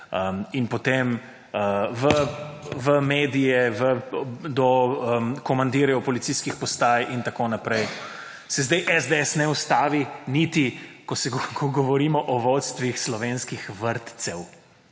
in potem v medije, do komandirjev policijskih postaj in tako naprej se sedaj SDS ne ustavi niti, ko govorimo o vodstvih slovenskih vrtcev